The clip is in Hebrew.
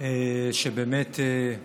איך נאמר?